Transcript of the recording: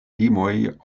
limoj